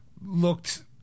looked